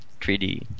3D